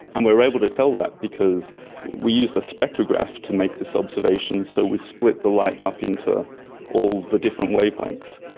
and we were able to tell that because we used a spectrograph to make this observation, so we split the light up into all the different wavelengths.